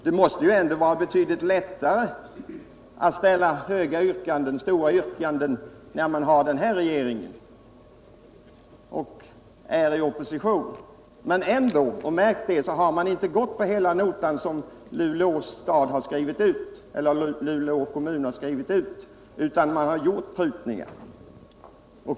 Det måste vara betydligt lättare att ställa yrkanden på höga belopp när man har den här regeringen och själv är i opposition, men ändå — märk det — har man inte gått på hela den nota som Luleå kommun har skrivit ut utan man har gjort vissa prutningar.